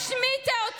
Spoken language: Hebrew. ממש לא.